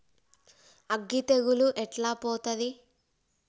అగ్గి తెగులు ఎట్లా పోతది?